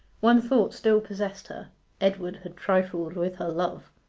one thought still possessed her edward had trifled with her love.